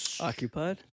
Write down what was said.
Occupied